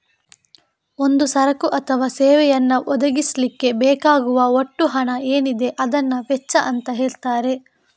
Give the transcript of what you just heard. ಒಂದು ಸರಕು ಅಥವಾ ಸೇವೆಯನ್ನ ಒದಗಿಸ್ಲಿಕ್ಕೆ ಬೇಕಾಗುವ ಒಟ್ಟು ಹಣ ಏನಿದೆ ಅದನ್ನ ವೆಚ್ಚ ಅಂತ ಹೇಳ್ತಾರೆ